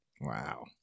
Wow